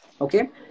Okay